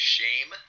Shame